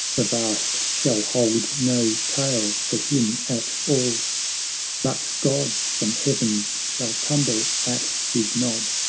the vast shall hold no tale for him at all but gods from heavens shall tumble at his nod,